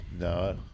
No